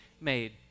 made